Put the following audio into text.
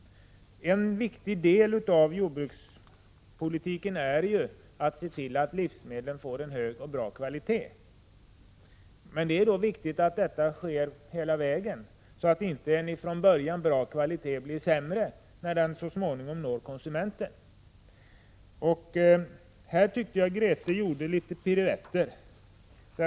En viktig del av jordbrukspolitiken är ju att se till att livsmedlen får en hög och bra kvalitet. Det är då väsentligt att detta sker hela vägen, så att inte en från början bra kvalitet blir sämre innan den så småningom når konsumenten. Här tyckte jag Grethe Lundblad gjorde några piruetter.